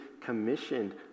commissioned